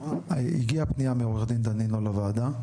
הגיעה פנייה מעו"ד דנינו לוועדה.